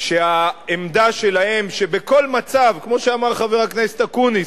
שהעמדה שלהם שבכל מצב, כמו שאמר חבר הכנסת אקוניס,